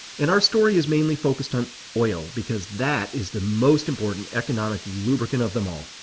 and our story is mainly focused on oil, because that is the most important economic lubricant of them all.